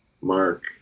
mark